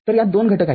तर यात २ घटक आहेत